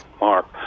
Mark